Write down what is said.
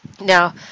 Now